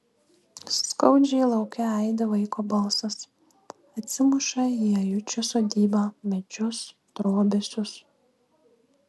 skaudžiai lauke aidi vaiko balsas atsimuša į ajučio sodybą medžius trobesius